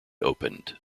opened